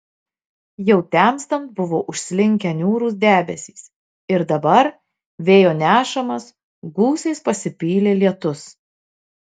jau temstant buvo užslinkę niūrūs debesys ir dabar vėjo nešamas gūsiais pasipylė lietus